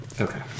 Okay